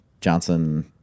Johnson